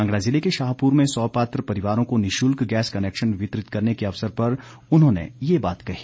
कांगड़ा जिले के शाहपुर में सौ पात्र परिवारों को निशुल्क गैस कनैक्शन वितरित करने के अवसर पर उन्होंने ये बात कही